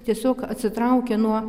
tiesiog atsitraukia nuo